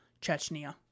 Chechnya